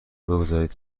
بگذارید